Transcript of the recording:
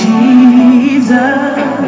Jesus